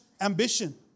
ambition